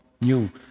new